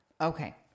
okay